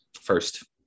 first